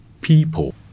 people